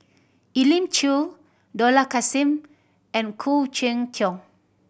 Elim Chew Dollah Kassim and Khoo Cheng Tiong